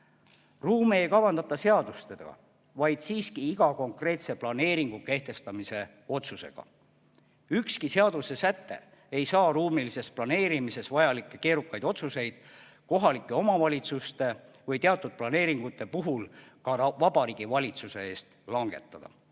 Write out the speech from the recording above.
Ruumi ei kavandata seadustega, vaid siiski iga konkreetse planeeringu kehtestamise otsusega. Ükski seadusesäte ei saa ruumilises planeerimises vajalikke keerukaid otsuseid kohalike omavalitsuste või teatud planeeringute puhul ka Vabariigi Valitsuse eest langetada.